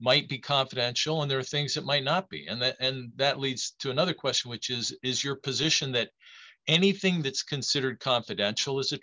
might be confidential and there are things that might not be and that leads to another question which is is your position that anything that's considered confidential is a